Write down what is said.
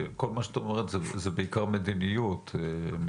כל מה שאת אומרת זה בעיקר מדיניות השקעות.